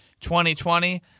2020